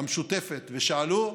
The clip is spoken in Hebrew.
המשותפת ושאלו,